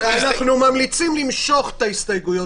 אנחנו ממליצים למשוך את הסתייגויות הדיבור.